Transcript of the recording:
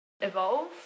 evolve